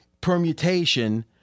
permutation